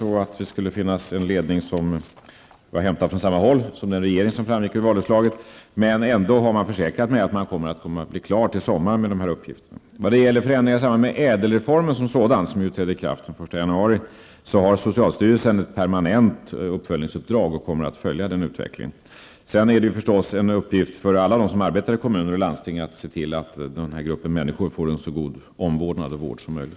Vi ville ha en ledning, som var hämtad från samma håll som den regeringen som framgick ur valutslaget. Ändå har man försäkrat mig att man kommer att bli klar till sommaren med dessa uppgifter. När det gäller förändringarna i samband med ÄDEL-reformen, som ju träder i kraft den 1 januari 1992, har socialstyrelsen ett permanent uppföljningsuppdrag och kommer att följa utvecklingen. Sedan är det naturligtvis en uppgift för alla som arbetar i kommuner och landsting att se till att denna grupp människor får en så god omvårdnad och vård som möjligt.